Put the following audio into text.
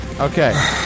Okay